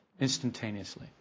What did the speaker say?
instantaneously